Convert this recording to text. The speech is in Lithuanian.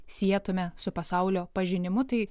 sietumėme su pasaulio pažinimu tai